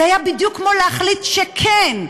זה היה בדיוק כמו להחליט שכן,